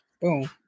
Boom